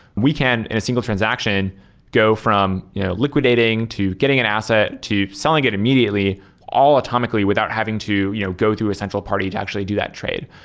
we can in a single transaction go from liquidating, to getting an asset, to selling it immediately all atomically without having to you know go to a central party to actually do that trade.